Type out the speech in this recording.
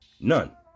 None